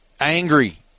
angry